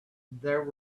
there